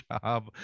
job